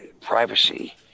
privacy